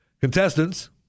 Contestants